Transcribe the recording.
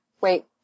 Wait